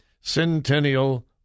Centennial